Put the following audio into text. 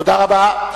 תודה רבה.